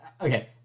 Okay